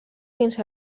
fins